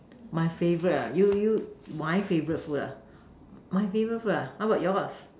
my favourite ah you you my favourite food ah my favourite food ah how about yours